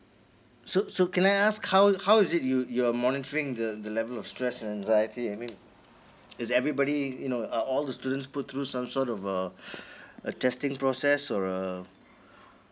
so so can I ask how how is it you you're monitoring the the level of stress and anxiety I mean is everybody you know are all the students put through some sort of a a testing process for a